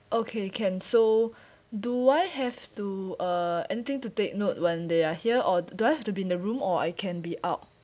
okay can so do I have to uh anything to take note when they are here or do I have to be in the room or I can be out